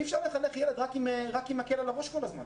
אי אפשר לחנך ילד רק עם מקל על הראש כל הזמן.